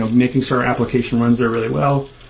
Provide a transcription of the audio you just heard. ah making sure our application runs there really well.